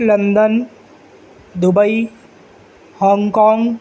London Dubai Hong Kong